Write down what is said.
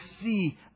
see